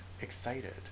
excited